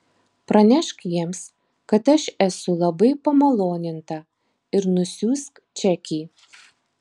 pranešk jiems kad aš esu labai pamaloninta ir nusiųsk čekį